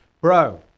bro